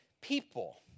people